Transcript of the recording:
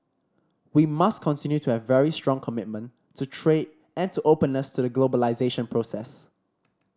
we must continue to have very strong commitment to trade and to openness to the globalisation process